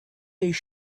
his